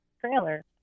trailer